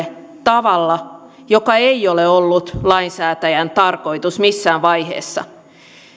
tavalla joka ei ole ollut lainsäätäjän tarkoitus missään vaiheessa